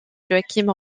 joaquim